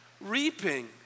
reaping